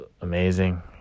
amazing